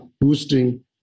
boosting